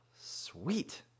sweet